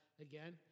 again